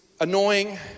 annoying